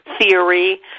theory